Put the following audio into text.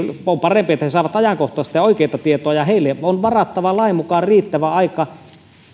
on parempi että he saavat ajankohtaista ja oikeaa tietoa ja heille on myös varattava lain mukaan riittävä aika